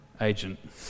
agent